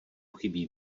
chybí